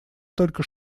только